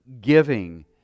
giving